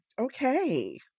okay